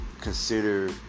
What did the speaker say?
consider